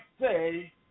say